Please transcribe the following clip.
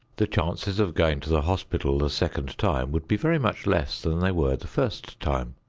the chances of going to the hospital the second time would be very much less than they were the first time.